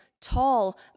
tall